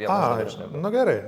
a nu gerai